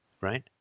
right